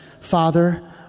Father